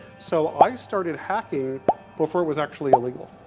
so i started hacking before it was actually illegal.